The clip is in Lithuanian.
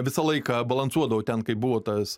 visą laiką balansuodavo ten kaip buvo tas